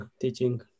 teaching